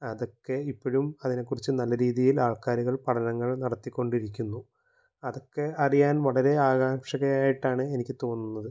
അതൊക്കെ ഇപ്പോഴും അതിനെ കുറിച്ച് നല്ലരീതിയിൽ ആൾക്കാരുകൾ പഠനങ്ങൾ നടത്തിക്കൊണ്ടിരിക്കുന്നു അതൊക്കെ അറിയാൻ വളരെ ആകാംക്ഷകരമായിട്ടാണ് എനിക്ക് തോന്നുന്നത്